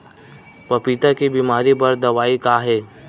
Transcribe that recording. पपीता के बीमारी बर दवाई का हे?